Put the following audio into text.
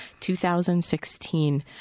2016